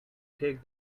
take